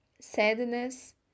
Sadness